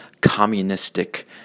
communistic